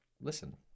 listen